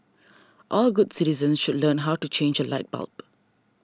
all good citizens should learn how to change a light bulb